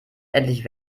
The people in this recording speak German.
endlich